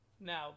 Now